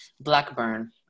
Blackburn